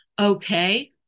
Okay